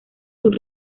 sus